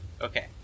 okay